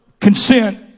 consent